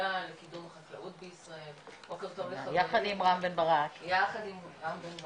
השדולה לקידום החקלאות בישראל, יחד עם רם בן ברק.